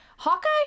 Hawkeye